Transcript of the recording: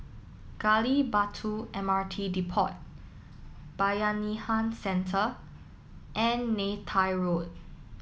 Gali Batu M R T Depot Bayanihan Centre and Neythai Road